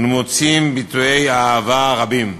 אנו מוצאים ביטויי אהבה רבים,